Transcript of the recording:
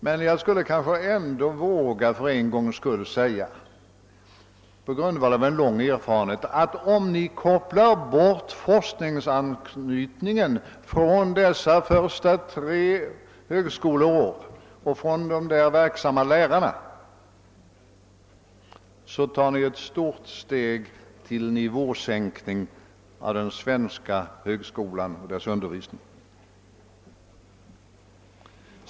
Men jag skulle kanske ändå för en gångs skull våga åberopa en lång erfarenhet och säga, att om ni kopplar bort forskningsanknytningen från dessa tre högskoleår och från de där verksamma lärarna tar ni ett stort steg mot nivåsänkning av den svenska högskolan och dess under visning.